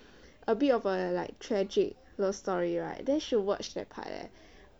a bit of a like tragic love story right then should watch that part eh